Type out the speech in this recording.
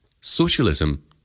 Socialism